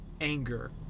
anger